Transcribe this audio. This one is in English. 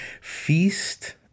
feast